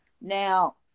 Now